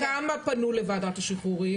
כמה פנו לוועדת שחרורים?